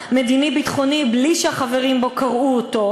המדיני-ביטחוני בלי שהחברים בו קראו אותו,